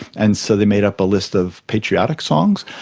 and so they made up a list of patriotic songs,